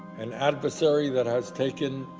an adversary that has taken,